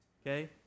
Okay